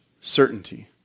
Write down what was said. certainty